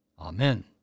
Amen